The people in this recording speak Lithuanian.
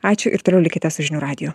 ačiū ir toliau likite su žinių radiju